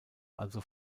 also